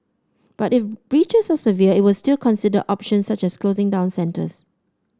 but if breaches are severe it will still consider options such as closing down centres